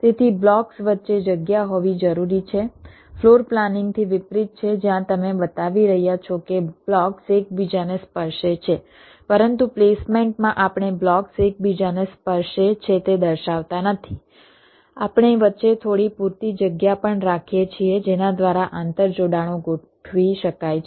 તેથી બ્લોક્સ વચ્ચે જગ્યા હોવી જરૂરી છે ફ્લોર પ્લાનિંગથી વિપરીત છે જ્યાં તમે બતાવી રહ્યા છો કે બ્લોક્સ એકબીજાને સ્પર્શે છે પરંતુ પ્લેસમેન્ટમાં આપણે બ્લોક્સ એકબીજાને સ્પર્શે છે તે દર્શાવતા નથી આપણે વચ્ચે થોડી પૂરતી જગ્યા પણ રાખીએ છીએ જેના દ્વારા આંતરજોડાણો ગોઠવી શકાય છે